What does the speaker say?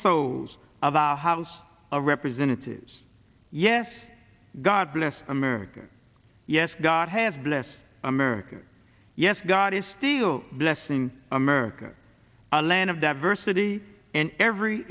sews of our house of representatives yes god bless america yes god has blessed america yes god is steel blessing america our land of diversity and every